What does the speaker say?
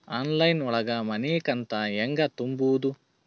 Online ಒಳಗ ಮನಿಕಂತ ಹ್ಯಾಂಗ ತುಂಬುದು?